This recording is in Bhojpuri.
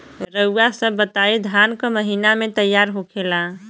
रउआ सभ बताई धान क महीना में तैयार होखेला?